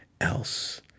else